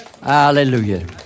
Hallelujah